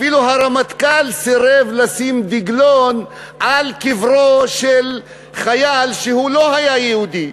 אפילו הרמטכ"ל סירב לשים דגלון על קברו של חייל שלא היה יהודי.